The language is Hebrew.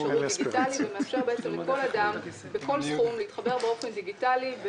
דיגיטלי ומאפשר לכל אדם בכל סכום להתחבר באופן דיגיטלי,